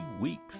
weeks